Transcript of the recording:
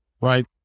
right